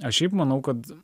aš šiaip manau kad